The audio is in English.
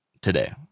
today